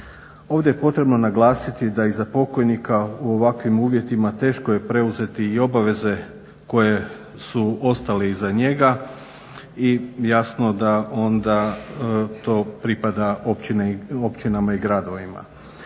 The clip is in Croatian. Ovdje je potrebno naglasiti da iza pokojnika u ovakvim uvjetima teško je preuzeti i obaveze koje su ostale iza njega i jasno da onda to pripada općinama i gradovima.